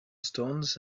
stones